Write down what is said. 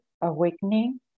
awakening